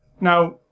Now